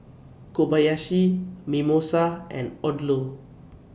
Kobayashi Mimosa and Odlo